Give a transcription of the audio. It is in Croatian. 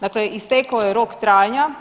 Dakle, istekao je rok trajanja.